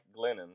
Glennon